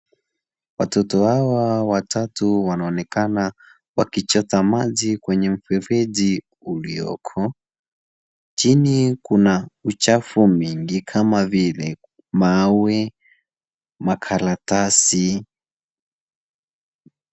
Watoto hawa watatu wanaonekana wakichota maji kwenye mfereji ulioko. Chini kuna uchafu mwingi kama vile mawe, makaratasi..